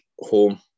home